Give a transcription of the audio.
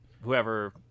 whoever